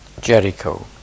Jericho